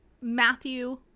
Matthew